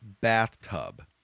bathtub